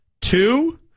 Two